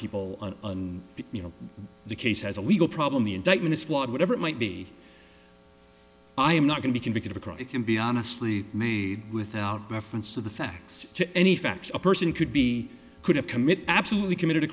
people and you know the case has a legal problem the indictment is flawed whatever it might be i am not going to convict of a crime it can be honestly made without reference to the facts to any fact a person could be could have committed absolutely committed a